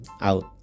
out